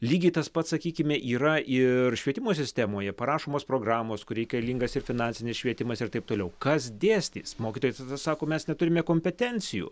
lygiai tas pats sakykime yra ir švietimo sistemoje parašomos programos kur reikalingas ir finansinis švietimas ir taip toliau kas dėstys mokytojai sako mes neturime kompetencijų